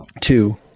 two